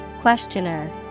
Questioner